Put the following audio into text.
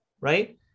right